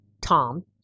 Tom